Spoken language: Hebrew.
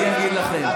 אני אגיד לכם.